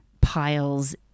piles